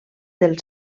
del